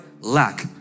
lack